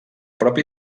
propi